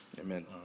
Amen